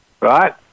right